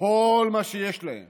שכל מה שיש להם